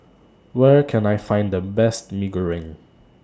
Where Can I Find The Best Mee Goreng